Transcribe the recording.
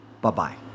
Bye-bye